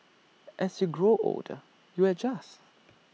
as you grow older you adjust